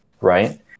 right